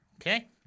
Okay